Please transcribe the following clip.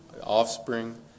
offspring